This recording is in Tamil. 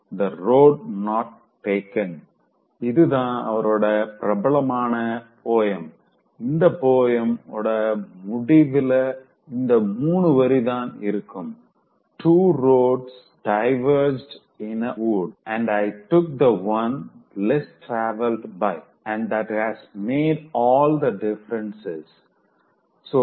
The road not taken இதுதா அவரோட பிரபலமான போயம் அந்த போயம் ஓட முடிவில இந்த மூனு வரிதா இருக்கும் Two roads diverged in a wood and I took the one less travelled by and that has made all the differences